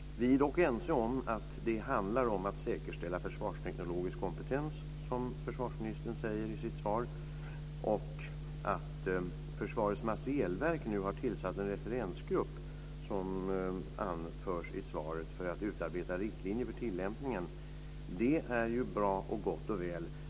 Vi är dock ense om att det handlar om att säkerställa försvarsteknologisk kompetens, som försvarsministern säger i sitt svar. Att Försvarets materielverk nu har tillsatt en referensgrupp, som anförs i svaret, för att utarbeta riktlinjer för tillämpningen är ju bra och gott och väl.